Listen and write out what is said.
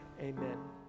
Amen